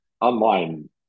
online